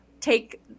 take